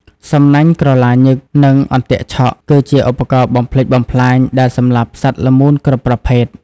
សំណាញ់ក្រឡាញឹក និងអន្ទាក់ឆក់ គឺជាឧបករណ៍បំផ្លិចបំផ្លាញដែលសម្លាប់សត្វល្មូនគ្រប់ប្រភេទ។